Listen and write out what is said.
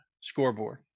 scoreboard